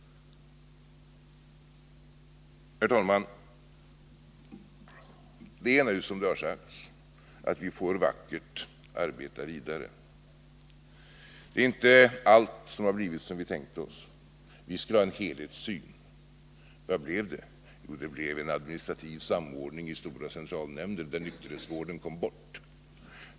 Herr talman! Vi får nu, som det har sagts, vackert arbeta vidare. Allt har inte blivit som vi tänkt oss. Vi skulle ha en helhetssyn, men vad blev det? Jo det blev en administrativ samordning i stora centralnämnder, där nykterhetsfrågan kom bort.